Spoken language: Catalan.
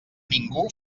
ningú